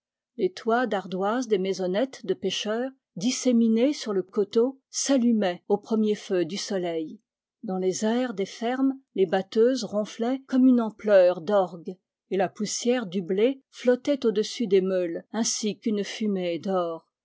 les toits d'ardoises des maisonnettes de pêcheurs disséminées sur le coteau s'allumaient aux premiers feux du soleil dans les aires des fermes les batteuses ronflaient avec une ampleur d'orgues et la poussière du blé flottait au-dessus des meules ainsi qu'une fumée d'or